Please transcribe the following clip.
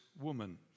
woman